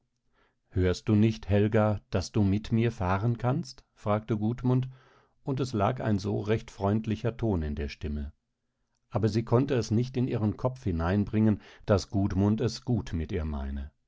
hörst du nicht helga daß du mit mir fahren kannst fragte gudmund und es lag ein so recht freundlicher ton in der stimme aber sie konnte es nicht in ihren kopf hineinbringen daß gudmund es gut mit ihr meine